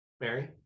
Mary